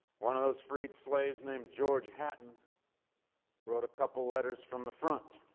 one of those freed slaves named george hatton wrote a couple of letters from the front.